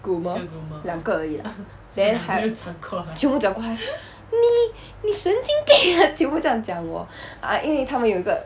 groomer 两个而已 lah then 全部转过来你你神经病 ah 全部这样讲我 ah 因为她们有一个